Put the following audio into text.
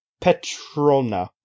Petrona